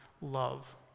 love